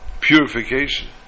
purification